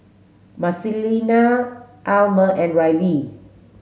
Marcelina Almer and Rylee